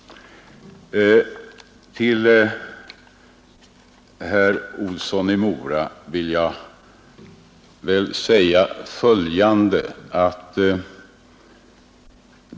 Till herr Jonsson i Mora vill jag säga följande.